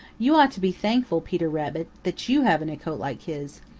you ought to be thankful, peter rabbit, that you haven't a coat like his.